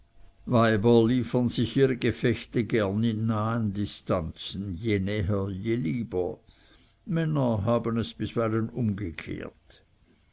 weiber liefern ihre gefechte gern in nahen distanzen je näher je lieber männer haben es bisweilen umgekehrt